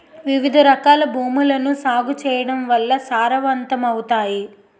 వివిధరకాల భూములను సాగు చేయడం వల్ల సారవంతమవుతాయి